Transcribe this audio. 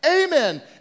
Amen